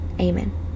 Amen